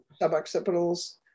suboccipitals